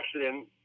accident